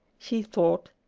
she thought,